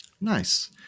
Nice